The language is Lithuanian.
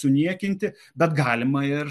suniekinti bet galima ir